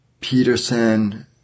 Peterson